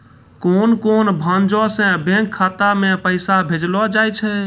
कोन कोन भांजो से बैंक खाता मे पैसा भेजलो जाय छै?